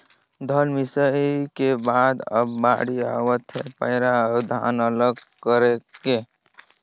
धन मिंसई के बाद अब बाड़ी आवत हे पैरा अउ धान अलग करे के